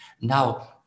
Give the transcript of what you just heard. Now